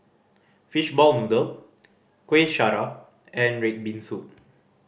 fishball noodle Kueh Syara and red bean soup